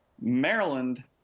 Maryland